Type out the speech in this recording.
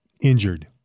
injured